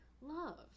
love